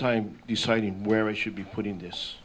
time deciding where i should be putting this